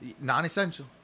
Non-essential